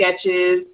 sketches